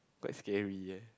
quite scary eh